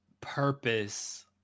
purpose